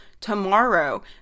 tomorrow